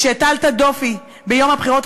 כשהטלת דופי ביום הבחירות,